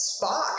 Spock